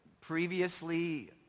previously